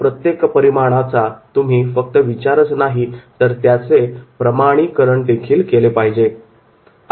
या प्रत्येक परिमाणाचा तुम्ही फक्त विचारच नाही तर त्याचे प्रमाणीकरणदेखील केले पाहिजे